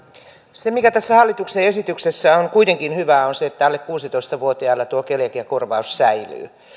se mikä tässä hallituksen esityksessä on kuitenkin hyvää on se että alle kuusitoista vuotiailla tuo keliakiakorvaus säilyy